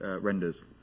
renders